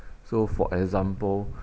so for example